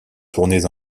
tournées